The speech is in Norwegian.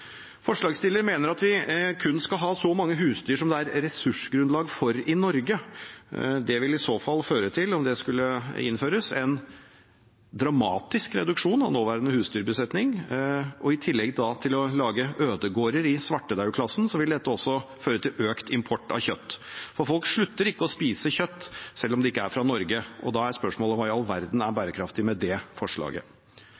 mener vi kun skal ha så mange husdyr som det er ressursgrunnlag for i Norge. Det ville i så fall føre til – om det skulle innføres – en dramatisk reduksjon av nåværende husdyrbesetning. I tillegg til å lage ødegårder i svartedauden-klassen ville det også føre til økt import av kjøtt, for folk slutter ikke å spise kjøtt selv om det ikke er fra Norge. Da er spørsmålet: Hva i all verden er